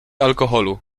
alkoholu